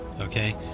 Okay